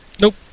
Nope